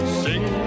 sing